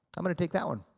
i'm going to take that one.